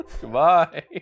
Goodbye